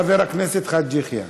חבר הכנסת חאג' יחיא.